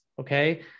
okay